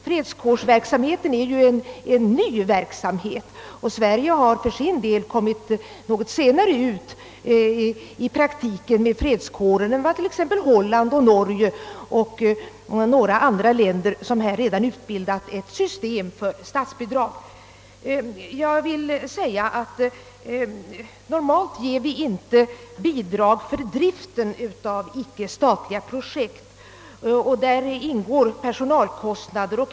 Fredskårsverksamheten är ju en ny verksamhet, och Sverige har för sin del börjat något senare med sådan verksamhet än Holland, Norge och några andra länder, som redan utbildat ett system för statsbidrag. Normalt ger inte staten bidrag för driften av icke-statliga projekt, och i driftkostnaderna ingår personalkostnader.